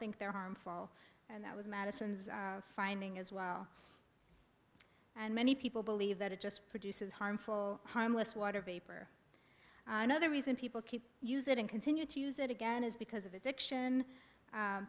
think they're harmful and that was madison's finding as well and many people believe that it just produces harmful harmless water vapor and other reason people keep use it and continue to use it again is because of addiction